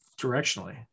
directionally